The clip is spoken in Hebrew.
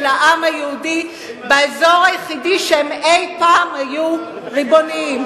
העם היהודי באזור היחידי שהוא אי-פעם היה ריבוני בו.